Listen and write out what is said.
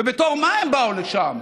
ובתור מה הם באו לשם?